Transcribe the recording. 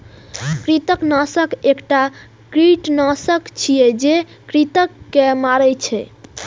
कृंतकनाशक एकटा कीटनाशक छियै, जे कृंतक के मारै छै